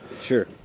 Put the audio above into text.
Sure